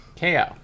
KO